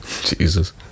Jesus